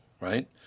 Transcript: right